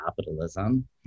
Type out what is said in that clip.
capitalism